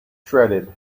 shredded